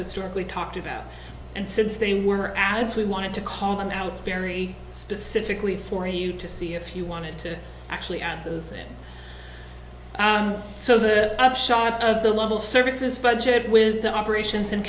historically talked about and since they were as we wanted to call them out very specifically for you to see if you wanted to actually add those and so the upshot of the local services budget with operations